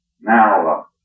Now